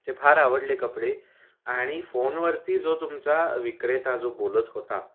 ते फार आवडले कपडे आणि फोनवरती जो तुमचा विक्रेता जो बोलत होता